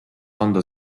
anda